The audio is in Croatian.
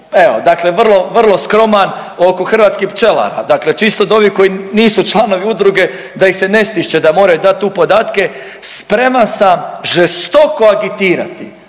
evo dakle vrlo, vrlo skroman. Oko hrvatskih pčelara, dakle čisto od ovih koji nisu članovi udruge da ih ne stišče da moraju dati tu podatke spreman sam žestoko agitirati